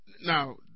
Now